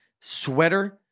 sweater